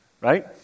right